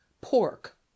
pork